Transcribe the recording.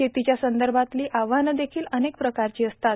शेतीच्या संदर्भातील आवाहने देखील अनेक प्रकारची असतात